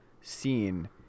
scene